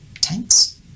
Tanks